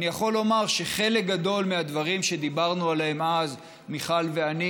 אני יכול לומר שחלק גדול מהדברים שדיברנו עליהם אז מיכל ואני,